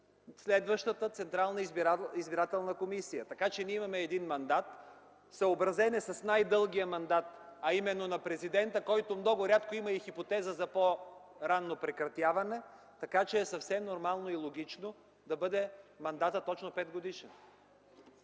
следващата Централна избирателна комисия. Ние имаме един мандат, съобразен е с най-дългия мандат, а именно на президента, който много рядко има и хипотеза за по-ранно прекратяване, така че е съвсем нормално и логично мандатът да бъде точно пет годишен.